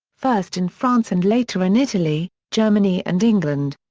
first in france and later in italy, germany and england.